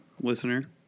listener